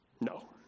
No